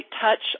touch